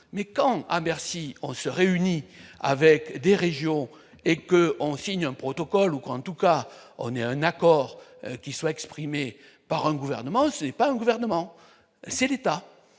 mais quand à Bercy, on se réunit avec des régions, et que on signe un protocole ou qu'en tout cas on est un accord qui soit exprimés par un gouvernement, c'est pas un gouvernement, c'est l'État,